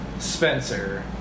Spencer